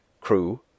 crew